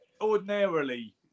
ordinarily